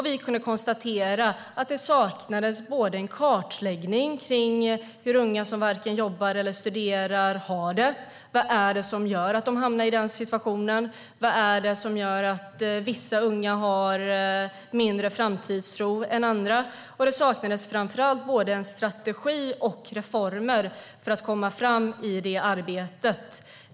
Vi kunde konstatera att det saknades en kartläggning av hur unga som varken jobbar eller studerar har det. Vad är det som gör att de hamnar i den situationen? Vad är det som gör att vissa unga har mindre framtidstro än andra? Det saknades framför allt både en strategi och reformer för att komma fram i det arbetet.